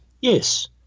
yes